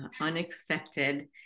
unexpected